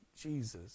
Jesus